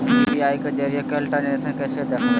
UPI के जरिए कैल ट्रांजेक्शन कैसे देखबै?